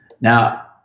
Now